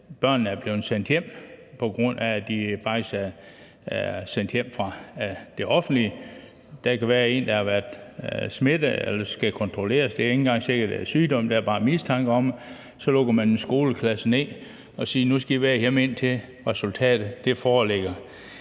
børnene er hjemme, på grund af at de faktisk er sendt hjem af det offentlige. Der kan være en, der har været smittet eller skal kontrolleres – det er ikke engang sikkert, at der er sygdom; der er bare en mistanke om det. Og så lukker man en skoleklasse ned og siger: Nu skal I være hjemme, indtil resultatet foreligger.